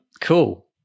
Cool